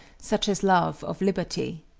such as love of liberty.